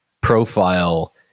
profile